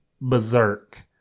berserk